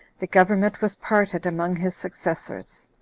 the government was parted among his successors,